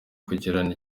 kugirana